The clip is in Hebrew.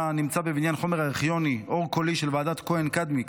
נמצא בבניין חומר ארכיוני אורקולי של ועדת כהן-קדמי,